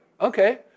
Okay